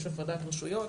יש הפרדת רשויות.